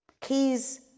Keys